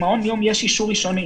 למעון יום יש אישור ראשוני